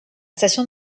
station